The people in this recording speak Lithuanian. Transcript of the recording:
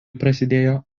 prasidėjo